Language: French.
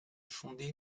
fondé